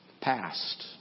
passed